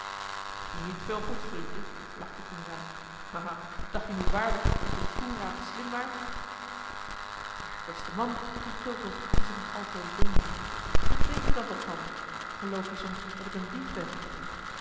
niet veel goeds vriendje lachte coenraad ha ha dacht je nu waarlijk dat je coenraad te slim waart maar beste man riep fulco die zich nog altoos dom hield wat denk je dan toch van me geloof je soms dat ik een dief ben